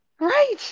Right